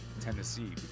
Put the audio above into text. Tennessee